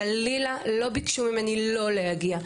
חלילה לא ביקשו ממני לא להגיע,